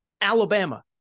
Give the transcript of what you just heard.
Alabama